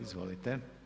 Izvolite.